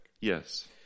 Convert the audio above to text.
Yes